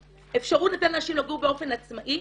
אפשרות לתת לאנשים לגור באופן עצמאי